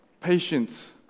Patience